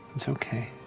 it's okay.